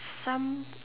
some